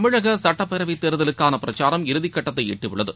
தமிழக சட்டப்பேரவைத் தேர்தலுக்கான பிரச்சாரம் இறுதிகட்டத்தை எட்டியுள்ளது